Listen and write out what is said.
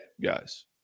guys